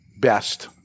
best